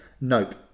Nope